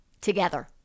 together